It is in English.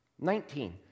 Nineteen